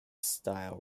style